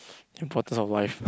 importance of life